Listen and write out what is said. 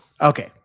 Okay